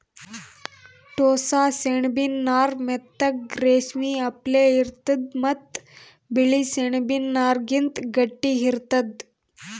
ಟೋಸ್ಸ ಸೆಣಬಿನ್ ನಾರ್ ಮೆತ್ತಗ್ ರೇಶ್ಮಿ ಅಪ್ಲೆ ಇರ್ತದ್ ಮತ್ತ್ ಬಿಳಿ ಸೆಣಬಿನ್ ನಾರ್ಗಿಂತ್ ಗಟ್ಟಿ ಇರ್ತದ್